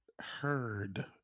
heard